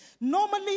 Normally